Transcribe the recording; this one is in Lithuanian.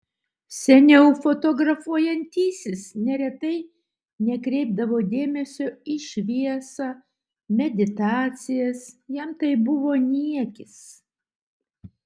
seniau fotografuojantysis neretai nekreipdavo dėmesio į šviesą meditacijas jam tai buvo niekis